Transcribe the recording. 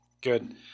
Good